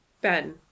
Ben